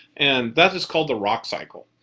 and that is called the rock cycle.